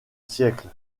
siècle